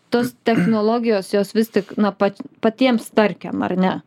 tos technologijos jos vis tik na pat patiem starkiam ar ne